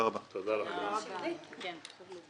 209) (תשלום גמלת סיעוד לידי הזכאי,